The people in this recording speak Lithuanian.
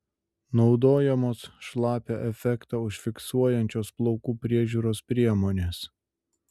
naudojamos šlapią efektą užfiksuojančios plaukų priežiūros priemonės